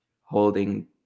holding